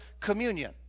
communion